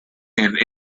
and